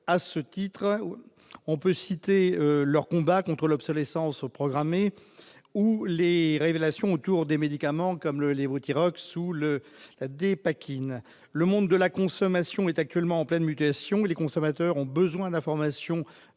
à ce titre, on peut citer leur combat contre l'obsolescence au programme où les révélations autour des médicaments comme le Levothyrox, le la dépakine le monde de la consommation est actuellement en pleine mutation, les consommateurs ont besoin d'informations,